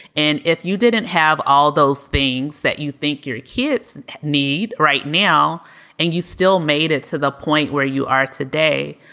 and if you didn't have all those things that you think your kids need right now and you still made it to the point where you are today,